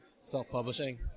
Self-publishing